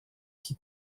qui